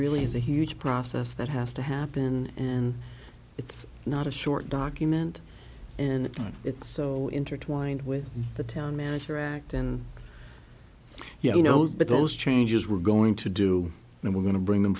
really is a huge process that has to happen and it's not a short document and it's so intertwined with the town manager act and you know that those changes we're going to do and we're going to bring them